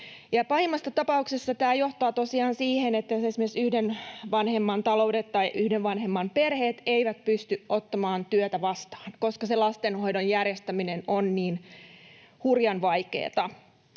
Pahimmassa tapauksessa tämä johtaa tosiaan siihen, että esimerkiksi yhden vanhemman perheet eivät pysty ottamaan työtä vastaan, koska se lastenhoidon järjestäminen on niin hurjan vaikeata.